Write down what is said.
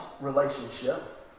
relationship